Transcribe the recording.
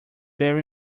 very